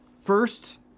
first